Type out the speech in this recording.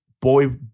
boy